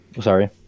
sorry